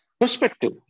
Perspective